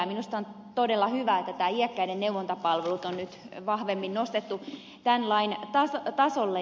minusta on todella hyvä että iäkkäiden neuvontapalvelut on nyt vahvemmin nostettu tämän lain tasolle